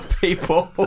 people